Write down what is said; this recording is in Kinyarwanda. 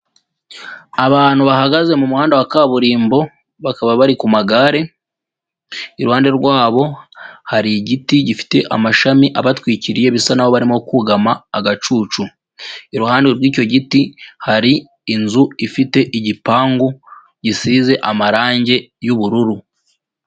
Abantu bahagaze mu muhanda wa kaburimbo bakaba bari ku magare, iruhande rwabo hari igiti gifite amashami abatwikiriye bisa naho barimo kugama agacucu, iruhande rw'icyo giti hari inzu ifite igipangu gisize amarange y'ubururu.